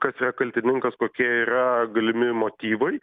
kas yra kaltininkas kokie yra galimi motyvai